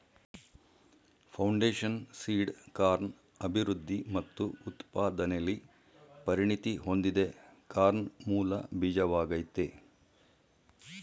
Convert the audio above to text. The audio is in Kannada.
ಫೌಂಡೇಶನ್ ಸೀಡ್ ಕಾರ್ನ್ ಅಭಿವೃದ್ಧಿ ಮತ್ತು ಉತ್ಪಾದನೆಲಿ ಪರಿಣತಿ ಹೊಂದಿದೆ ಕಾರ್ನ್ ಮೂಲ ಬೀಜವಾಗಯ್ತೆ